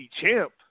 champ